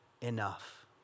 enough